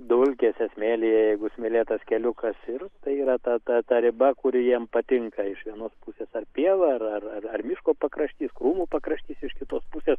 dulkėse smėlyje jeigu smėlėtas keliukas ir tai yra ta ta riba kuri jiem patinka iš vienos pusės ar pievą ar ar ar miško pakraštys krūmų pakraštys iš kitos pusės